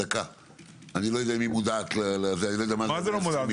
אני לא יודע אם היא מודעת לזה -- מה זה לא מודעת?